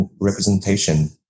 representation